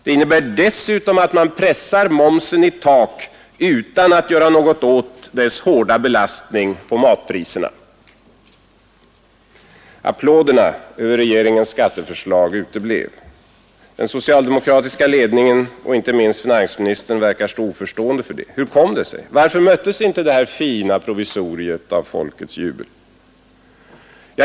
Det innebär dessutom att man pressar momsen i tak utan att göra något åt dess hårda belastning på matpriserna. Applåderna över regeringens skatteförslag uteblev. Den socialdemokratiska ledningen och inte minst finansministern verkar stå oförstående för det. Hur kom det sig? Varför möttes inte det här fina provisoriet av folkets jubel?